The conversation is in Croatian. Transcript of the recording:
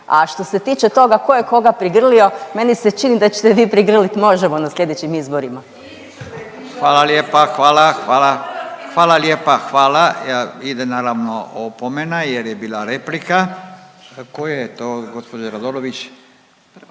a što se tiče toga tko je koga prigrlio, meni se čini da ćete vi prigrlit Možemo! na slijedećim izborima. **Radin, Furio (Nezavisni)** Hvala lijepa, hvala. Hvala. Hvala lijepa, hvala. Ide naravno opomena jer je bila replika. Koje je to od gospođe Radolović